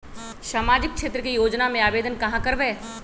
सामाजिक क्षेत्र के योजना में आवेदन कहाँ करवे?